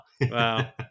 Wow